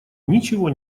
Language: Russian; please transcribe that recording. ничего